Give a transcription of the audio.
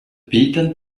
beaten